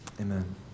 amen